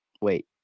wait